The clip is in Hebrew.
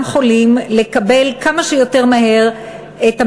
חולים לקבל כמה שיותר מהר את המרשמים.